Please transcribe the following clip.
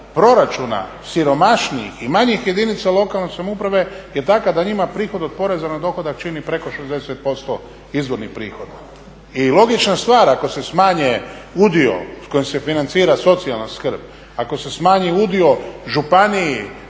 proračuna siromašnijih i manjih jedinica lokalne samouprave je takva da njima prihod od poreza na dohodak čini preko 60% izvornih prihoda. I logična stvar, ako se smanji udio s kojim se financira socijalna skrb, ako se smanji udio županiji